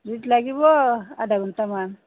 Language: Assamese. জুইত লাগিব আধা ঘণ্টামান